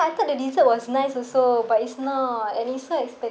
I thought the dessert was nice also but it's not and it's so expensive